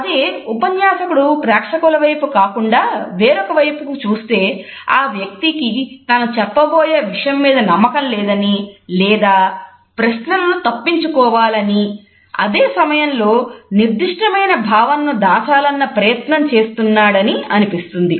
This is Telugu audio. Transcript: అదే ఉపన్యాసకుడు ప్రేక్షకుల వైపు కాకుండా వేరొక వైపుకు చూస్తే ఆ వ్యక్తికి తను చెప్పబోయే విషయం మీద నమ్మకం లేదని లేదా ప్రశ్నలను తప్పించుకోవాలని అదే సమయంలో నిర్దిష్టమైన భావనను దాచాలన్న ప్రయత్నం చేస్తున్నాడని అనిపిస్తుంది